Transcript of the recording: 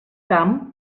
camp